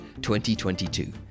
2022